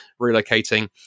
relocating